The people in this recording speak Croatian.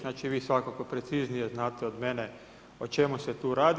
Znači, vi svakako preciznije znate od mene o čemu se tu radi.